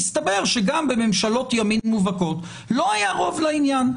מסתבר שגם בממשלות ימין מובהקות לא היה רוב לעניין.